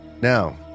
Now